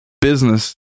business